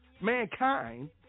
mankind